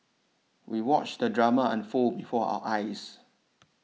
we watched the drama unfold before our eyes